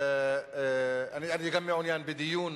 אני גם מעוניין בדיון